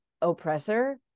oppressor